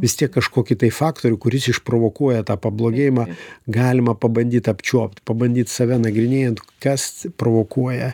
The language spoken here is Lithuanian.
vis tiek kažkokį tai faktorių kuris išprovokuoja tą pablogėjimą galima pabandyt apčiuopt pabandyt save nagrinėjant kas provokuoja